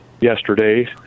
yesterday